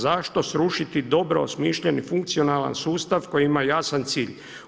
Zašto srušiti dobro osmišljen i funkcionalan sustav koji ima jasan cilj?